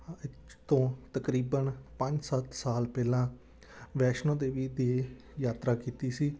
ਅੱਜ ਤੋਂ ਤਕਰੀਬਨ ਪੰਜ ਸੱਤ ਸਾਲ ਪਹਿਲਾਂ ਵੈਸ਼ਨੋ ਦੇਵੀ ਦੀ ਯਾਤਰਾ ਕੀਤੀ ਸੀ